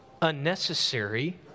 unnecessary